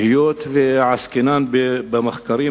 והיות שעסקינן במחקרים,